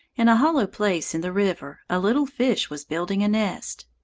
in a hollow place in the river a little fish was building a nest.